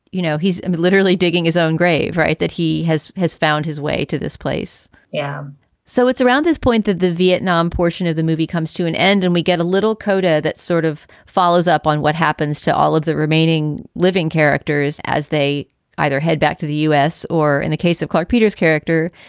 you know, he's literally digging his own grave. right. that he has has found his way to this place. yeah um so it's around this point that the vietnam portion of the movie comes to an end and we get a little coda that sort of follows up on what happens to all of the remaining living characters as they either head back to the u s. or in the case of clark peters character.